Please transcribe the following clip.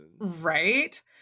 Right